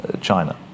China